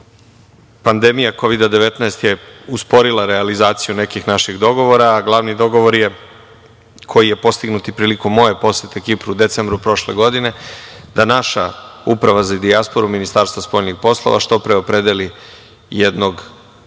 Kovida 19, je usporila realizaciju nekih naših dogovora, a glavni dogovor koji je postignut prilikom moje posete Kipru, u decembru prošle godine, da naša uprava za dijasporu Ministarstva za spoljne poslove, što pre opredeli jednog mlađeg